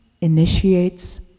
initiates